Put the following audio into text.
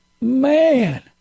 Man